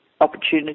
opportunity